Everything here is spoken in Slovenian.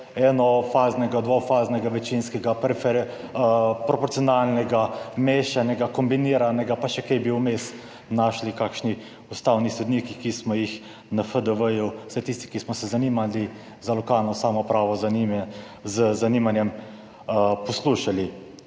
eno faznega, dvofaznega, večinskega, proporcionalnega, mešanega, kombiniranega pa še kaj bi vmes našli kakšni ustavni sodniki, ki smo jih na FDV, vsaj tisti, ki smo se zanimali za lokalno samoupravo z zanimanjem poslušali.